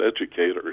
educators